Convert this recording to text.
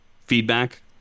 feedback